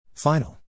Final